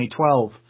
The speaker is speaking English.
2012